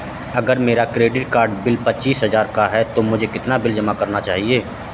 अगर मेरा credit card bill पच्चीस हजार का है तो मुझे कितना बिल जमा करना चाहिए?